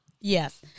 Yes